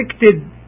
Restricted